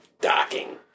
Docking